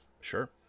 Sure